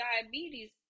diabetes